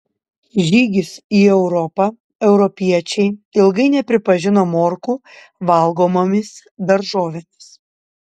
žygis į europą europiečiai ilgai nepripažino morkų valgomomis daržovėmis